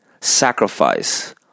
sacrifice